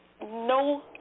No